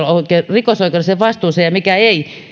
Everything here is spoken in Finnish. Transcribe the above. rikosoikeudelliseen vastuuseen ja mikä ei